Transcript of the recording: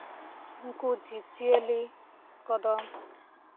ᱩᱱᱠᱩ ᱡᱤᱵᱽ ᱡᱤᱭᱟᱹᱞᱤ ᱠᱚᱫᱚ